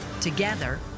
together